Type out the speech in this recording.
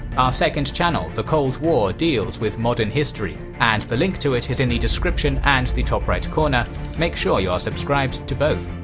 our second channel the cold war deals with modern history and the link to it is in the description and the top right corner make sure you are subscribed to both.